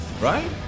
Right